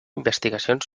investigacions